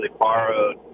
borrowed